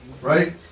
Right